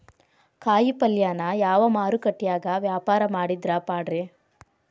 ಕಾಯಿಪಲ್ಯನ ಯಾವ ಮಾರುಕಟ್ಯಾಗ ವ್ಯಾಪಾರ ಮಾಡಿದ್ರ ಪಾಡ್ರೇ?